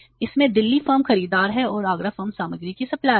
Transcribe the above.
इसमें दिल्ली फर्म खरीदार हैं और आगरा फर्म सामग्री का सप्लायर है